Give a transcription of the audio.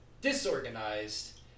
disorganized